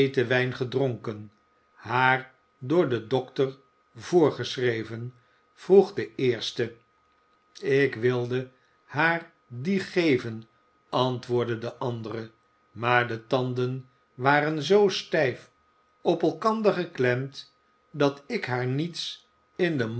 wijn gedronken haar door den dokter voorgeschreven vroeg de eerste ik wilde haar dien geven antwoordde de andere maar de tanden waren zoo stijf op elkander geklemd dat ik haar niets in den